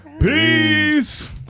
peace